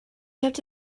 kept